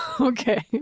Okay